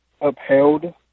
upheld